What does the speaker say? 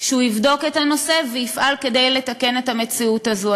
שהוא יבדוק את הנושא ויפעל כדי לתקן את המציאות הזו.